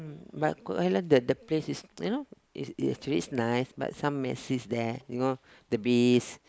mm but I like that the place is you know is is actually is nice but some mess is there you know the base